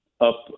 up